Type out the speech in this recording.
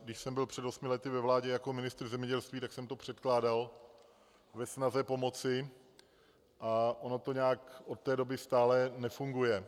Když jsem byl před osmi lety ve vládě jako ministr zemědělství, tak jsem to předkládal ve snaze pomoci, a ono to nějak od té doby stále nefunguje.